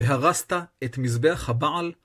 והרסת את מזבח הבעל.